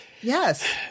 yes